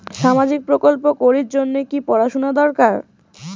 সামাজিক প্রকল্প করির জন্যে কি পড়াশুনা দরকার?